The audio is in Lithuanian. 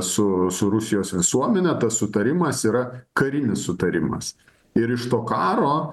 su su rusijos visuomene tas sutarimas yra karinis sutarimas ir iš to karo